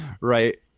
right